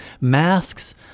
masks